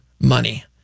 money